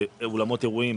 אולמות אירועים,